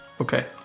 Okay